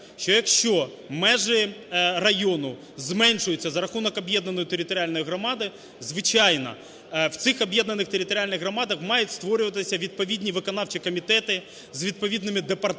якщо межі району зменшуються за рахунок об'єднаної територіальної громади, звичайно, в цих об'єднаних територіальних громадах мають створюватися відповідні виконавчі комітети з відповідними департаментами,